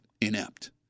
inept